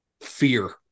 fear